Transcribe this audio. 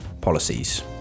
policies